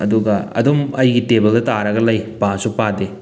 ꯑꯗꯨꯒ ꯑꯗꯨꯝ ꯑꯩꯒꯤ ꯇꯦꯕꯜꯗ ꯇꯥꯔꯒ ꯂꯩ ꯄꯥꯁꯨ ꯄꯥꯗꯦ